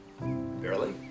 barely